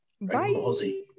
Bye